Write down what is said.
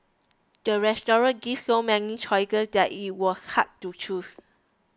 the restaurant gave so many choices that it was hard to choose